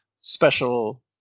special